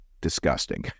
disgusting